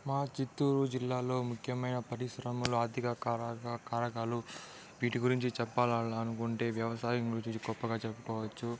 మా చిత్తూరు జిల్లాలో ముఖ్యమైన పరిశ్రమలు ఆర్ధిక కార కారకాలు వీటి గురించి చెప్పాలనుకుంటే వ్యవసాయం గురించి గొప్పగా చెప్పుకోవచ్చు